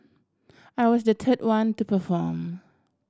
I was the third one to perform